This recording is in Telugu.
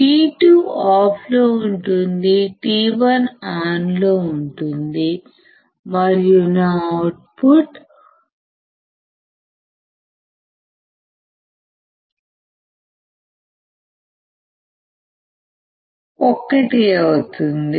T2 ఆఫ్లో ఉంటుందిT1 ఆన్లో ఉంటుంది మరియు నా అవుట్పుట్ 1 అవుతుంది